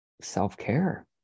self-care